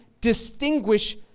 distinguish